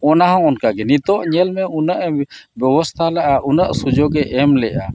ᱚᱱᱟ ᱦᱚᱸ ᱚᱱᱠᱟᱜᱮ ᱱᱤᱛᱚᱜ ᱧᱮᱞᱢᱮ ᱩᱱᱟᱹᱜ ᱮ ᱵᱮᱵᱚᱥᱛᱷᱟ ᱞᱮᱫᱟ ᱩᱱᱟᱹᱜ ᱥᱩᱡᱳᱜᱮ ᱮᱢ ᱞᱮᱫᱼᱟ